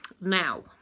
Now